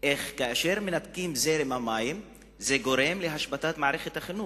שכאשר מנתקים את זרם המים זה גורם להשבתת מערכת החינוך,